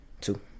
Two